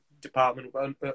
department